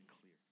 clear